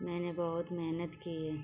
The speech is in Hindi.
मैंने बहुत मेहनत की है